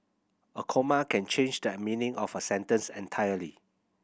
a comma can change that meaning of a sentence entirely